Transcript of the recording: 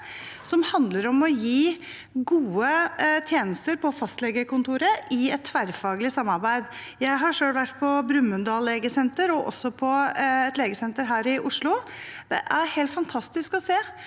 som handler om å gi gode tjenester på fastlegekontoret, i et tverrfaglig samarbeid. Jeg har selv vært på Brumunddal legesenter, og også på et legesenter her i Oslo: Det er helt fantastisk å se